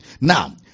Now